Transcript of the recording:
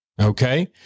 Okay